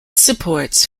supports